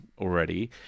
already